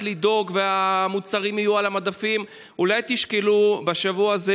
לדאוג והמוצרים יהיו על המדפים: אולי תשקלו בשבוע הזה,